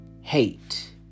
hate